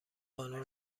قانون